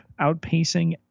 outpacing